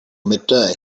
midday